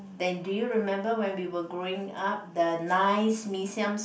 then do you remember when we were growing up the nice mee-siam